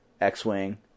X-Wing